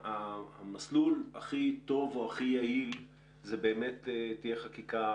שהמסלול הכי טוב או הכי יעיל הוא באמת חקיקה,